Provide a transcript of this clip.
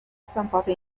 stampata